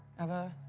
ever,